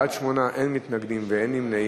בעד, 8, אין מתנגדים ואין נמנעים.